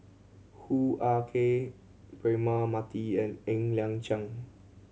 Hoo Ah Kay Braema Mathi and Ng Liang Chiang